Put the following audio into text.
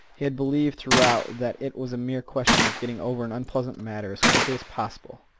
he had believed throughout that it was a mere question of getting over an unpleasant matter as quickly as possible,